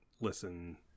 listen